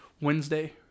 Wednesday